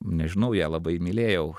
nežinau ją labai mylėjau